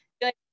good